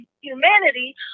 humanity